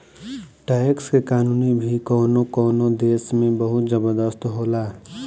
tax के कानून भी कवनो कवनो देश में बहुत जबरदस्त होला